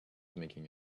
making